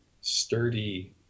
sturdy